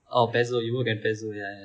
oh the Pezzo you work at Pezzo ya ya ya